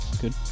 Good